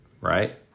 Right